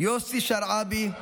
יוסי שרעבי,